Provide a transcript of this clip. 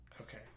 Okay